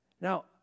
Now